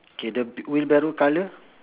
K the wheelbarrow colour